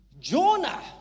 Jonah